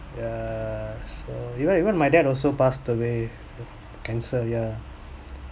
ya so even even my dad also passed away cancer ya